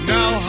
Now